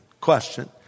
Question